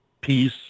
peace